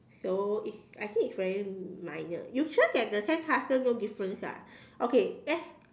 so it's I think it's very minor you sure that the sandcastle no difference ah okay let's